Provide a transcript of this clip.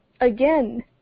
Again